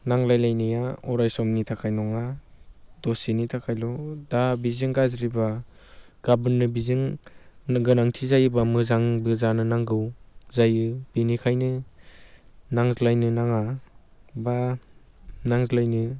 नांज्लायलायनाया अरायसमनि थाखाय नङा दसेनि थाखायल' दा बेजों गाज्रिब्ला गाबोननो बेजों नो गोनांथि जायोब्ला मोजांबो जानो नांगौ जायो बेनिखायनो नांज्लायनो नाङा बा नांज्लायनो